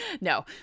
No